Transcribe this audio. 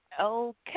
Okay